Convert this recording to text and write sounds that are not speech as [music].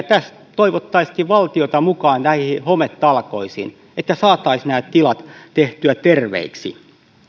[unintelligible] tässä toivottaisiinkin valtiota mukaan näihin hometalkoisiin että saataisiin nämä tilat tehtyä terveiksi